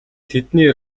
тэдний